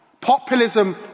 Populism